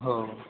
हो